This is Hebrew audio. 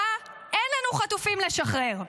שבה אין לנו חטופים לשחרר,